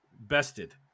bested